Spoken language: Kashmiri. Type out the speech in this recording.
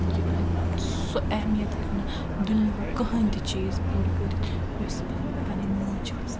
یہِ سُہ اہمیت ہیٚکہِ نہٕ دُنۍیٚہُک کٕنٛہےٕ تہِ چیٖز پوٗرٕ کٔرِتھ یۅس پنٕنۍ موج چھِ آسان